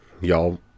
y'all